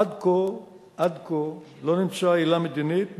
עד כה לא נמצאה עילה מדינית,